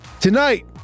tonight